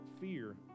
fear